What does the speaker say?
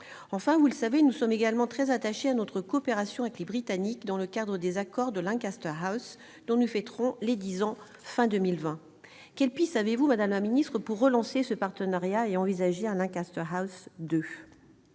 Enfin, vous le savez, nous sommes également très attachés à notre coopération avec les Britanniques dans le cadre des accords de Lancaster House, dont nous fêterons les dix ans à la fin de l'année prochaine. De quelles pistes disposez-vous, madame la ministre, pour relancer ce partenariat et envisager un Lancaster House II ?